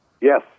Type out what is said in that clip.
Yes